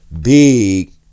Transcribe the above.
big